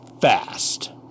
fast